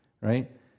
Right